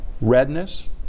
redness